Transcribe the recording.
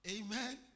Amen